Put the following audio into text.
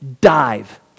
Dive